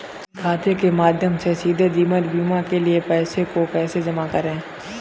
Bank खाते के माध्यम से सीधे जीवन बीमा के लिए पैसे को कैसे जमा करें?